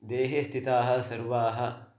देहे स्थिताः सर्वाः